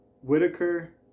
whitaker